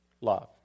love